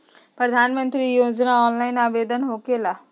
प्रधानमंत्री योजना ऑनलाइन आवेदन होकेला?